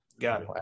got